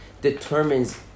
determines